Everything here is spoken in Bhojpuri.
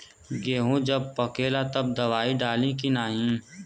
गेहूँ जब पकेला तब दवाई डाली की नाही?